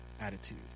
attitude